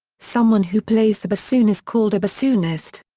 someone who plays the bassoon is called a bassoonist.